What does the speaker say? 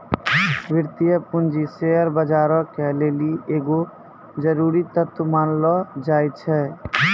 वित्तीय पूंजी शेयर बजारो के लेली एगो जरुरी तत्व मानलो जाय छै